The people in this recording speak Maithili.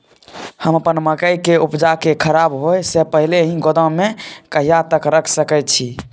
हम अपन मकई के उपजा के खराब होय से पहिले ही गोदाम में कहिया तक रख सके छी?